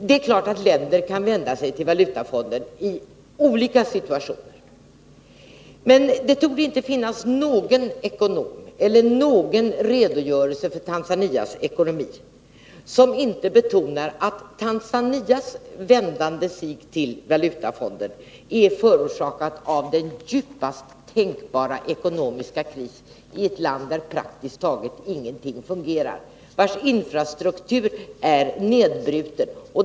Det är klart att länder kan vända sig till Valutafonden i olika situationer, men när det gäller Tanzanias ekonomi torde det inte finnas någon ekonom eller någon redogörelse som inte betonar att Tanzanias hänvändelse till Valutafonden är förorsakad av den djupaste tänkbara ekonomiska kris, i ett land där praktiskt taget ingenting fungerar och vars infrastruktur är nedbruten.